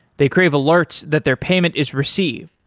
they crave alerts that their payment is received.